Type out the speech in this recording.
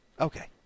Okay